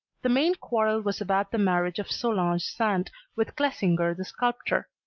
the main quarrel was about the marriage of solange sand with clesinger the sculptor.